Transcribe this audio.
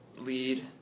lead